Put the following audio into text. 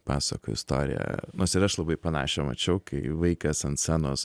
pasakojo istoriją nors ir aš labai panašią mačiau kai vaikas ant scenos